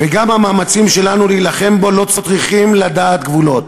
וגם המאמצים שלנו להילחם בו לא צריכים לדעת גבולות.